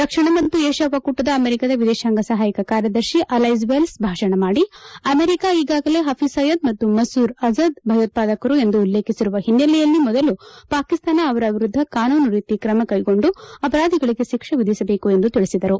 ದಕ್ಷಿಣ ಮತ್ತು ವಿಷ್ಣಾ ಒಕ್ಕೂಟದ ಅಮೆರಿಕದ ವಿದೇಶಾಂಗ ಸಹಾಯಕ ಕಾರ್ಯದರ್ಶಿ ಅಲ್ಲೆಸ್ ವೆಲ್ಸ್ ಭಾಷಣ ಮಾಡಿ ಅಮೆರಿಕ ಈಗಾಗಲೇ ಪಫೀಸ್ ಸೈಯದ್ ಮತ್ತು ಮಸೂದ್ ಅಜರ್ ಭಯೋತ್ಪಾದಕರು ಎಂದು ಉಲ್ಲೇಖಿಸಿರುವ ಹಿನ್ನೆಲೆಯಲ್ಲಿ ಮೊದಲು ಪಾಕಿಸ್ತಾನ ಅವರ ವಿರುದ್ಗ ಕಾನೂನು ರೀತಿ ಕ್ರಮ ಕ್ರೆಗೊಂಡು ಅಪರಾಧಿಗಳಿಗೆ ಶಿಕ್ಷೆ ವಿಧಿಸಬೇಕು ಎಂದು ತಿಳಿಸಿದರು